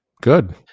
good